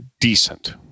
decent